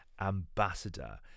ambassador